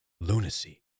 lunacy